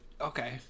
okay